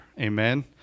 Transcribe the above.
Amen